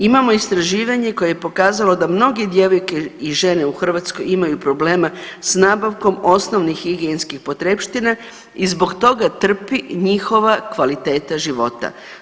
Imamo istraživanje koje je pokazalo da mnoge djevojke i žene u Hrvatskoj imaju problema s nabavkom osnovnih higijenskih potrepština i zbog toga trpi i njihova kvaliteta života.